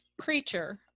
creature